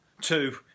two